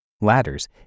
Ladders